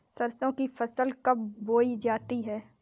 सरसों की फसल कब बोई जाती है?